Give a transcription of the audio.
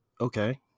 okay